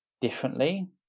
differently